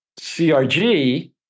CRG